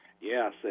Yes